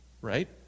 right